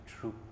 true